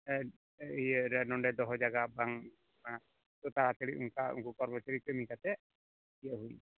ᱮᱫ ᱤᱭᱟᱹ ᱨᱮ ᱱᱚᱰᱮ ᱫᱚ ᱫᱚᱦᱚ ᱡᱟᱭᱜᱟ ᱵᱟᱝ ᱛᱚ ᱛᱟᱲᱟ ᱛᱟᱹᱲᱤ ᱚᱱᱠᱟ ᱩᱱᱠᱩ ᱠᱚᱨᱢᱚᱪᱟᱹᱨᱤ ᱠᱤᱨᱤᱧ ᱠᱟᱛᱮᱫ ᱤᱭᱟᱹ ᱦᱩᱭ